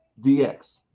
DX